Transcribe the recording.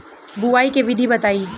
बुआई के विधि बताई?